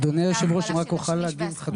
אדוני, אם רק אוכל להגיד חצי מילה.